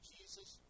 Jesus